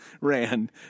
ran